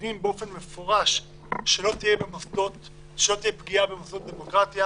ומעגנים באופן מפורש כך שלא תהיה פגיעה במוסדות הדמוקרטיה.